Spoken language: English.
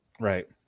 right